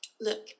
look